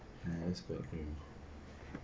uh that's very pain